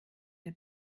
der